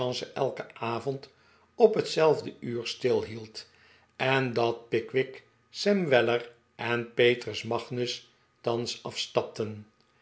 elken avond op hetzelfde uur stilhield en dat pickwick sam weller en petrus magnus thans afstapten